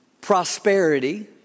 prosperity